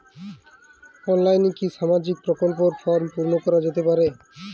অনলাইনে কি সামাজিক প্রকল্পর ফর্ম পূর্ন করা যেতে পারে?